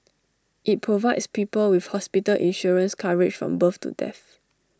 IT provides people with hospital insurance coverage from birth to death